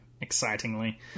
excitingly